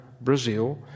Brazil